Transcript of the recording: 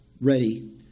ready